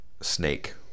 Snake